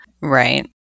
Right